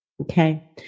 Okay